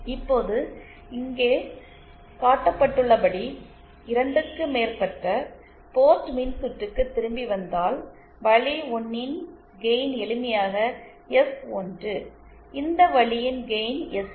இப்போது இங்கே காட்டப்பட்டுள்ளபடி 2 க்கும் மேற்பட்ட போர்ட் மின்சுற்றுக்கு திரும்பி வந்தால் வழி 1ன் கெயின் எளிமையாக எஸ்1 இந்த வழியின் கெயின் எஸ்1